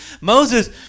Moses